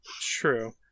True